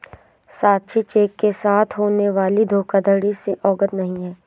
साक्षी cheque के साथ होने वाली धोखाधड़ी से अवगत नहीं है